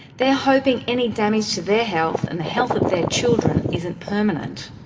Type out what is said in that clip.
they're hoping any damage to their health and the health of their children isn't permanent.